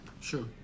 Sure